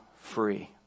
free